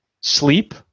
sleep